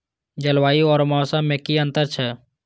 जलवायु और मौसम में कि अंतर छै?